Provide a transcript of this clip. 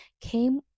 came